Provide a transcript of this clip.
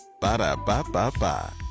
Ba-da-ba-ba-ba